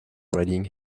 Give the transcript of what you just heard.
riding